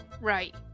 Right